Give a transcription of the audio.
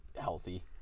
healthy